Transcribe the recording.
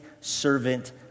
servant